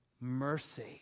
Mercy